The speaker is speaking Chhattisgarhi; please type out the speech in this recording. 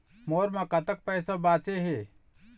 मोर म कतक पैसा बचे हे?